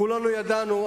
כולנו ידענו,